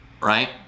right